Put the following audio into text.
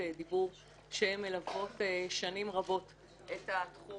דיבור - הן מלוות שנים רבות את התחום,